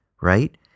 right